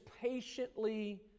patiently